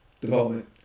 development